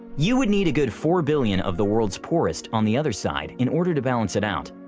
you would need a good four billion of the world's poorest on the other side in order to balance it out.